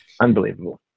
unbelievable